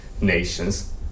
nations